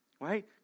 Right